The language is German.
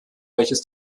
welches